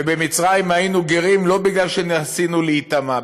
ובמצרים היינו גרים לא בגלל שניסינו להיטמע,